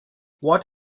what